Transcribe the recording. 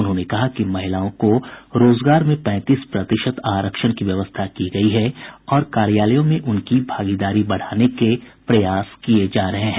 उन्होंने कहा कि महिलाओं को रोजगार में पैंतीस प्रतिशत आरक्षण की व्यवस्था की गयी है और कार्यालयों में उनकी भागीदारी बढ़ाने के प्रयास किये जा रहे हैं